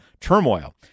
turmoil